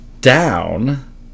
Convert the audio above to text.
down